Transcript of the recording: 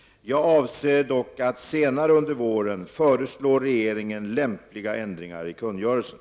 Jag avser dock att senare under våren föreslå regeringen lämpliga ändringar i kungörelsen.